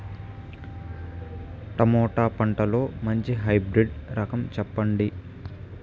Tomato పంటలో మంచి hybrid రకం చెప్పండి?